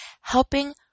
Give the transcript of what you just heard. Helping